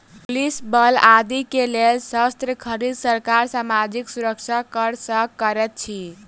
police बल आदि के लेल शस्त्र खरीद, सरकार सामाजिक सुरक्षा कर सँ करैत अछि